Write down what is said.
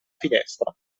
finestra